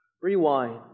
rewind